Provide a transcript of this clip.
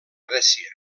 grècia